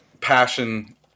passion